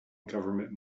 government